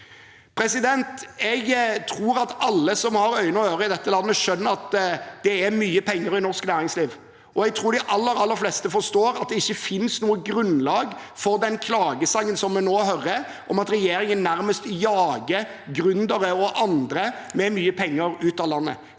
i dag. Jeg tror at alle som har øyne og ører i dette landet, skjønner at det er mye penger i norsk næringsliv, og jeg tror de aller, aller fleste forstår at det ikke finnes noe grunnlag for den klagesangen som vi nå hører, om at regjeringen nærmest jager gründere og andre med mye penger ut av landet.